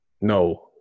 No